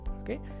okay